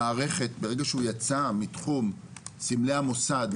המערכת ברגע שהוא יצא מתחום סמלי המוסד.